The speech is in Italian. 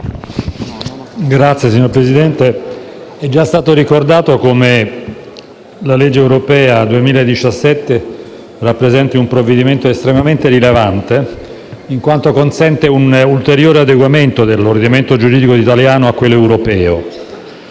*(PD)*. Signor Presidente, è già stato ricordato come la legge europea 2017 rappresenti un provvedimento estremamente rilevante, in quanto consente un ulteriore adeguamento dell'ordinamento giuridico italiano a quello europeo.